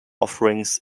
offerings